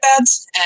ads